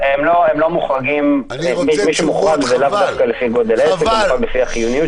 יכולה לגרום לכך שהן לא יוכלו לעבוד או לחזור לאחר הסגר בצורה נקייה.